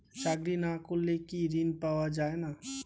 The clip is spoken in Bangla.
চাকরি না করলে কি ঋণ পাওয়া যায় না?